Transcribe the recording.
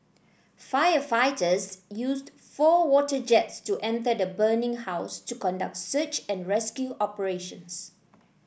firefighters used four water jets to enter the burning house to conduct search and rescue operations